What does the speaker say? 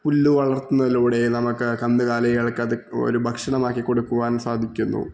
പുല്ലുവളര്ത്തുന്നത്തിലൂടെ നമുക്ക് കന്നുകാലികള്ക്ക് അത് ഒരു ഭക്ഷണമാക്കി കൊടുക്കുവാന് സാധിക്കുന്നു